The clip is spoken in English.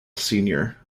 senior